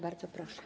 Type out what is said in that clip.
Bardzo proszę.